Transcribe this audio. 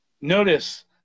Notice